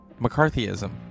McCarthyism